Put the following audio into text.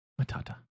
Matata